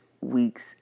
week's